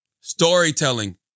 storytelling